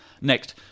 Next